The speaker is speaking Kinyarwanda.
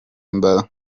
mba